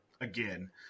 again